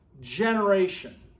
generation